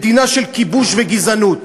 מדינה של כיבוש וגזענות?